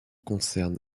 concerne